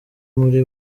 muri